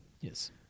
Yes